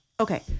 Okay